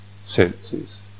Senses